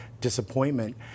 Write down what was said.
disappointment